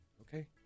Okay